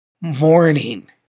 morning